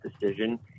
decision